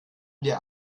der